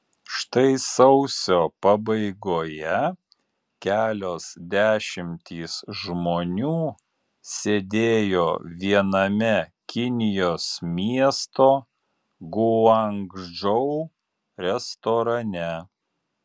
štai sausio pabaigoje kelios dešimtys žmonių sėdėjo viename kinijos miesto guangdžou restorane